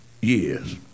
years